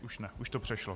Už ne, už to přešlo.